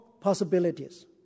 possibilities